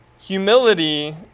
Humility